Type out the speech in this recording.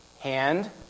hand